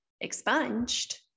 expunged